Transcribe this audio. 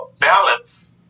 balance